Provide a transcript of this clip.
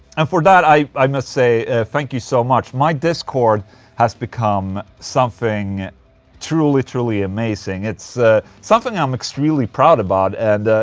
and for that i i must say thank you so much my discord has become something truly truly amazing it's something i'm extremely proud about and.